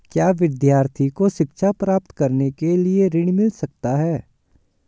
क्या विद्यार्थी को शिक्षा प्राप्त करने के लिए ऋण मिल सकता है?